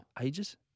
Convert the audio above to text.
Ages